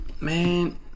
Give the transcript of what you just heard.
Man